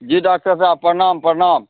जी doctor साहेब प्रणाम प्रणाम